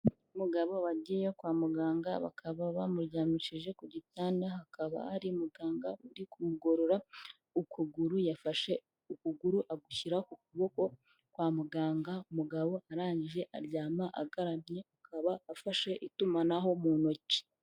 Umugabo wagiye kwa muganga bakaba bamuryamishije ku gitanda, hakaba hari muganga uri kumugorora ukuguru, yafashe ukuguru agushyira ku kuboko kwa muganga, umugabo arangije aryama agaramye akaba afashe itumanaho mu ntoki.